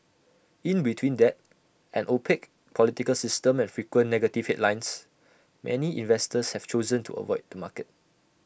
in between debt an opaque political system and frequent negative headlines many investors have chosen to avoid the market